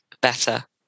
better